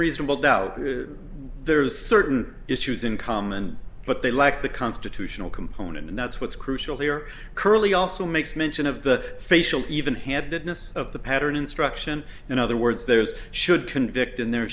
reasonable doubt there's certain issues in common but they lack the constitutional component and that's what's crucial here curly also makes mention of the facial even handedness of the pattern instruction in other words there's should convict and there